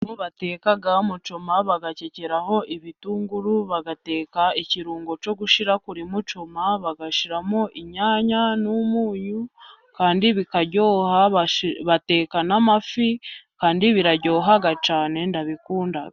Ahantu bateka mucoma bagakekeraho ibitunguru, bagateka ikirungo cyo gushira kuri mucoma, bagashiramo inyanya, n' umunyu kandi bikaryoha, bateka n' amafi kandi biraryoha cyane ndabikunda.